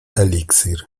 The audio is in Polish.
eliksir